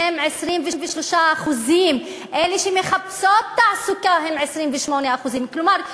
הן 23%. אלה שמחפשות תעסוקה הן 28%. כלומר,